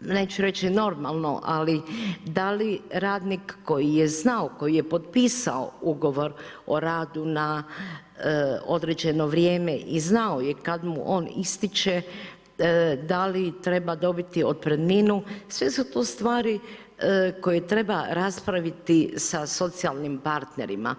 neću reći normalno, ali da li radnik koji je znao, koji je potpisao ugovor o radu na određeno vrijeme i znao je kad mu on ističe, da li treba dobiti otpremninu, sve su to stvari koje treba raspraviti sa socijalnim partnerima.